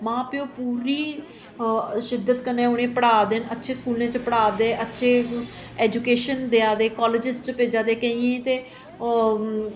मां प्यौ पूरी शिद्दत कन्नै उनेंगी पढ़ा दे न अच्छे स्कूलें च पढ़ा दे न अच्छी एजूकेशन देआ दे कालेज्स च भेजै दे केइयें गी ते ओह्